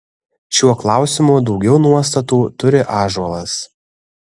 šiuo klausimu daugiau nuostatų turi ąžuolas